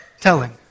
telling